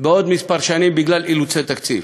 בעוד שנים אחדות, בגלל אילוצי תקציב.